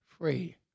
free